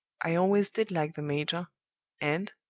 i always did like the major and,